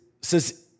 says